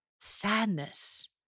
sadness